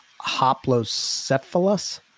Hoplocephalus